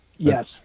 yes